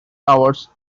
hours